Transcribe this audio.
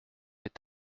est